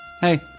Hey